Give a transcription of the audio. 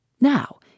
Now